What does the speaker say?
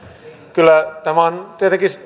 kyllä tämä on tietenkin